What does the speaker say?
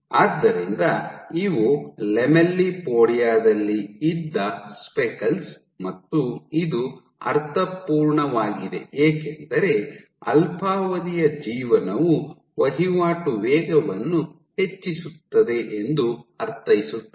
ಆದ್ದರಿಂದ ಇವು ಲ್ಯಾಮೆಲ್ಲಿಪೊಡಿಯಾ ದಲ್ಲಿ ಇದ್ದ ಸ್ಪೆಕಲ್ಸ್ ಮತ್ತು ಇದು ಅರ್ಥಪೂರ್ಣವಾಗಿದೆ ಏಕೆಂದರೆ ಅಲ್ಪಾವಧಿಯ ಜೀವನವು ವಹಿವಾಟು ವೇಗವನ್ನು ಹೆಚ್ಚಿಸುತ್ತದೆ ಎಂದು ಅರ್ಥೈಸುತ್ತದೆ